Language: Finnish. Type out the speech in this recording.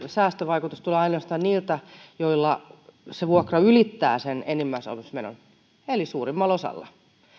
säästövaikutus tulee ainoastaan niiltä joilla vuokra ylittää sen enimmäisasumismenon eli suurimmalla osalla